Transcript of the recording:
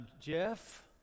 Jeff